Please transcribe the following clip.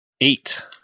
Eight